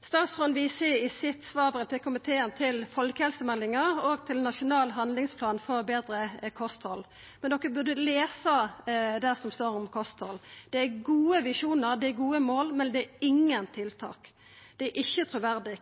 Statsråden viser i sitt svarbrev til komiteen til folkehelsemeldinga og til nasjonal handlingsplan for betre kosthald, men de burde lesa det som står om kosthald. Det er gode visjonar, det er gode mål, men det er ingen tiltak. Det er ikkje truverdig.